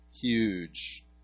huge